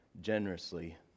generously